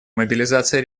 мобилизация